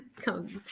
comes